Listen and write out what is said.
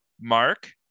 Mark